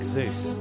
Zeus